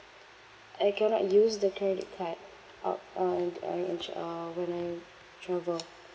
I cannot use the credit card out uh when I act~ uh when I travel